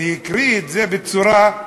והקריא את זה בצורה,